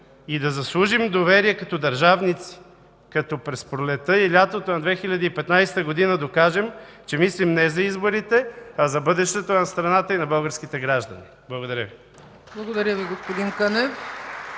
и да заслужим доверие като държавници, като през пролетта и лятото на 2015 г. докажем, че мислим не за изборите, а за бъдещето на страната и на българските граждани. Благодаря Ви. (Ръкопляскания